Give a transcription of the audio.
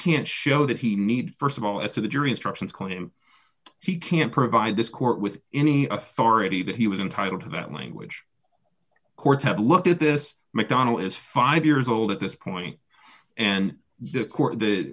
can't show that he need st of all as to the jury instructions claim he can provide this court with any authority that he was entitled to that language courts have looked at this mcdonnell is five years old at this point and the